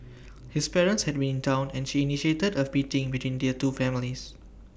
his parents had been in Town and she initiated A beating between their two families